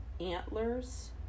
Antlers